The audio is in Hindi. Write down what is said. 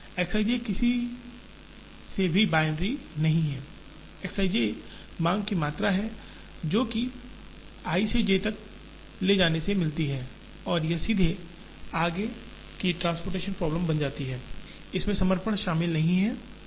X i j किसी से भी बाइनरी नहीं है X i j मांग की मात्रा है जो कि i से j तक ले जाने से मिलती है और यह सीधे आगे की ट्रांसपोर्टेशन प्रॉब्लम बन जाती है इसमें समर्पण शामिल नहीं है